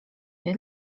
wie